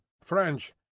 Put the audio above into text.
French